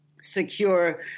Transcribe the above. secure